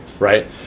Right